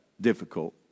difficult